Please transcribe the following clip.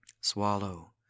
Swallow